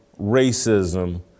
racism